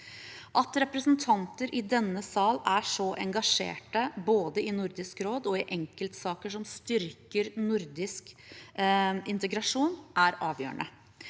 At representanter i denne sal er så engasjerte både i Nordisk råd og i enkeltsaker som styrker nordisk integrasjon, er avgjørende.